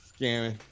Scamming